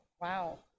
Wow